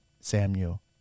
Samuel